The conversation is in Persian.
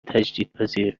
تجدیدپذیر